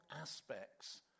aspects